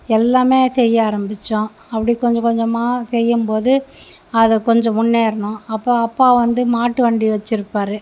எல்லாமே செய்ய ஆரம்பிச்சோம் அப்படி கொஞ்ச கொஞ்சமாக செய்யும்போது அது கொஞ்சம் முன்னேர்னோம் அப்போ அப்பா வந்து மாட்டு வண்டி வச்சிருப்பார்